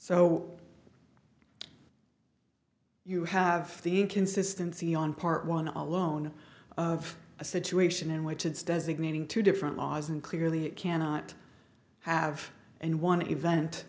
so you have the inconsistency on part one all alone of a situation in which it's designating two different laws and clearly cannot have and want to event